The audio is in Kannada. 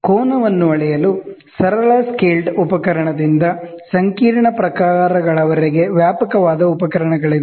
ಕೋನವನ್ನು ಅಳೆಯಲು ಸರಳ ಸ್ಕೇಲ್ಡ್ ಉಪಕರಣದಿಂದ ಸಂಕೀರ್ಣ ಪ್ರಕಾರಗಳವರೆಗೆ ವ್ಯಾಪಕವಾದ ಉಪಕರಣಗಳಿವೆ